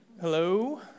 Hello